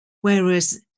Whereas